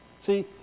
See